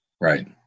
Right